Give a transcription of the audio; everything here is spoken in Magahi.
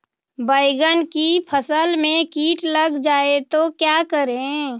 बैंगन की फसल में कीट लग जाए तो क्या करें?